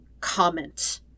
comment